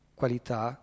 qualità